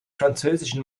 französischen